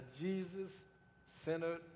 Jesus-centered